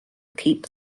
keep